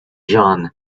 john